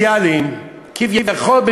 כשמדברים על שפיכת דמם של העובדים הסוציאליים כביכול,